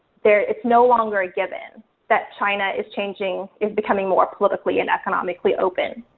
there it's no longer a given that china is changing, is becoming more politically and economically open.